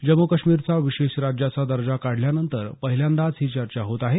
जम्मू काश्मिरचा विशेष राज्याचा दर्जा काढल्यानंतर पहिल्यांदाच ही चर्चा होत आहे